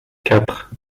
quatre